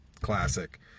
classic